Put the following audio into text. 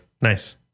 Nice